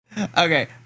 Okay